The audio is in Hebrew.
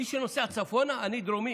מי שנוסע צפונה, אני דרומי,